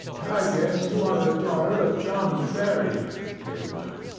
i guess you are the daughter of john ferrier, he remarked,